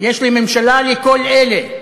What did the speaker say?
יש לממשלה לכל אלה?